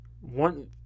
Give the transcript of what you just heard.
One